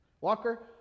Walker